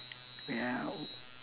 wait ah